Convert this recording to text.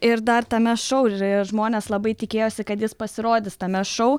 ir dar tame šou ž žmonės labai tikėjosi kad jis pasirodys tame šou